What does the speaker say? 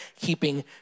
keeping